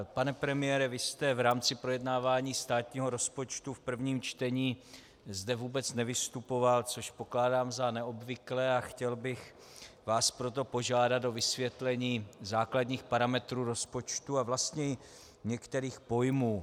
Pane premiére, vy jste v rámci projednávání státního rozpočtu v prvním čtení zde vůbec nevystupoval, což pokládám za neobvyklé, a chtěl bych vás proto požádat o vysvětlení základních parametrů rozpočtu a vlastně i některých pojmů.